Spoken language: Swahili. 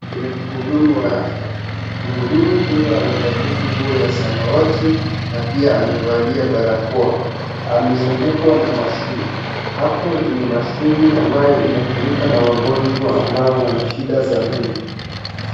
Kuna mhudumu wa afya, mhudumu huyu amevalia nguo ya samawati na pia amevalia barakoa. amezungukwa na mashine. Hapa ni mashine ambaye inatumika na wagonjwa ambao wanashida za meno.